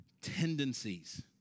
tendencies